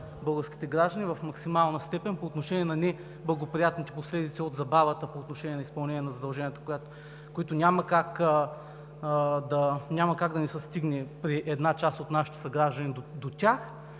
българските граждани в максимална степен по отношение на неблагоприятните последици от забавата по отношение на изпълнение на задълженията, до които няма как да не се стигне при една част от нашите съграждани, и,